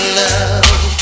love